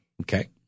Okay